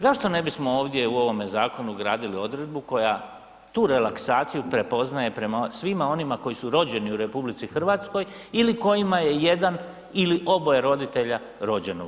Zašto ne bismo ovdje u ovome zakonu ugradili odredbu koja tu relaksaciju prepoznaje prema svima onima koji su rođeni u RH ili kojima je jedan ili oba roditelja rođeno u RH.